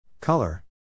color